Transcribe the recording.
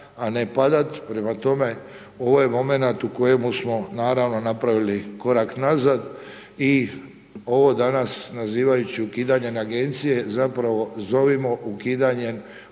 a ne padati, prema tome, ovo je momenat u kojemu smo naravno napravili korak nazad i ovo danas nazivajući ukidanjem agencije, zapravo zovimo ukidanjem